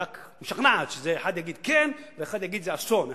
היא רק משכנעת שאחד יגיד כן ואחד יגיד שזה אסון,